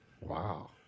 wow